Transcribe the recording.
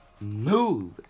Move